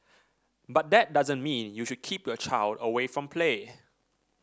but that doesn't mean you should keep your child away from play